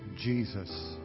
Jesus